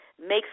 makes